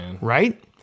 Right